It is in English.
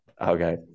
Okay